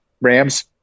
rams